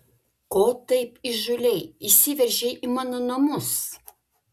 ko taip įžūliai įsiveržei į mano namus